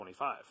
25